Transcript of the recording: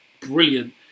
brilliant